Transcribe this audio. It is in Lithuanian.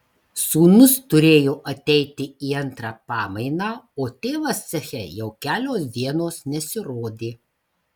sūnus turėjo ateiti į antrą pamainą o tėvas ceche jau kelios dienos nesirodė